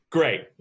Great